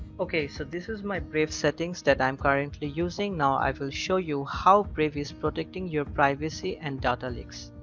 ok, so this is my brave settings that i'm currently using. now, i will show you how brave is protecting your privacy and data leaks.